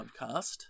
podcast